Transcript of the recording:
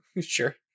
Sure